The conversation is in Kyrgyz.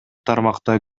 тармакта